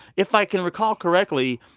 if i can recall correctly,